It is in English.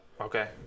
okay